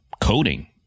coding